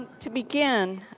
to begin,